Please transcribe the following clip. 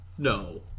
No